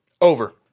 Over